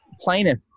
plaintiff